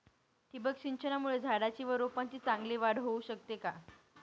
ठिबक सिंचनामुळे झाडाची व रोपांची चांगली वाढ होऊ शकते का?